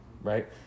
Right